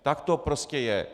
Tak to prostě je.